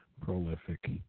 Prolific